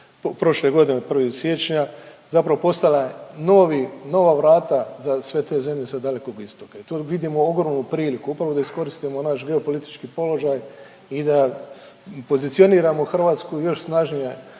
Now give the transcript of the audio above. prošle godine od 1. siječnja zapravo postala je novi nova vrata za sve te zemlje sa Dalekog Istoka i tu vidimo ogromnu priliku upravo da iskoristimo naš geopolitički položaj i da pozicioniramo Hrvatsku još snažnije